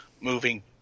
moving